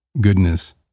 goodness